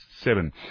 seven